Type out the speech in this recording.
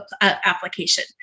application